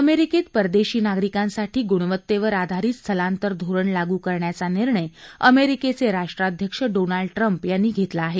अमेरिकेत परदेशी नागरिकांसाठी गुणवत्तेवर आधारित स्थलांतर धोरण लागू करण्याचा निर्णय अमेरिकेचे राष्ट्राध्यक्ष डोनाल्ड ट्रम्प यांनी घेतला आहे